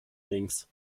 links